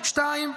שתיים,